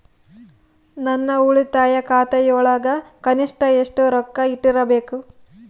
ನನ್ನ ಉಳಿತಾಯ ಖಾತೆಯೊಳಗ ಕನಿಷ್ಟ ಎಷ್ಟು ರೊಕ್ಕ ಇಟ್ಟಿರಬೇಕು?